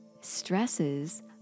stresses